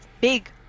big